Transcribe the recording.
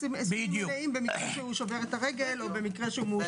סכומים מלאים במקרה שהוא שובר את הרגל או מאושפז.